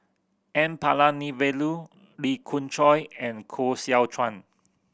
N Palanivelu Lee Khoon Choy and Koh Seow Chuan